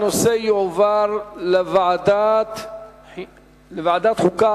הנושא יועבר לוועדת חוקה,